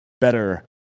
better